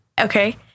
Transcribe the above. Okay